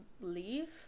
leave